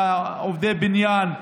עובדי בניין,